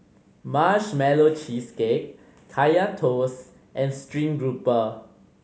Marshmallow Cheesecake Kaya Toast and stream grouper